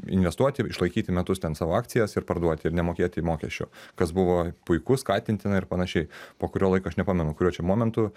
investuoti išlaikyti metus ten savo akcijas ir parduoti ir nemokėti mokesčio kas buvo puiku skatintina ir panašiai po kurio laiko aš nepamenu kuriuo čia momentu